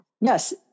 yes